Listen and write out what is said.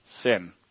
sin